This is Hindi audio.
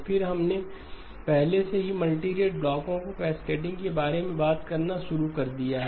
फिर हमने पहले से ही मल्टीरेट ब्लॉकों के कैस्केडिंग के बारे में बात करना शुरू कर दिया है